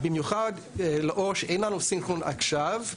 במיוחד, שאין לנו סנכרון עכשיו.